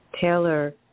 Taylor